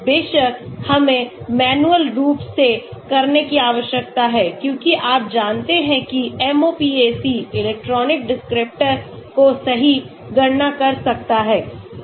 बेशक हमें मैन्युअल रूप से करने की आवश्यकता है क्योंकि आप जानते हैं कि MOPAC इलेक्ट्रॉनिक डिस्क्रिप्टर को सही गणना कर सकता है तो